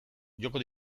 joko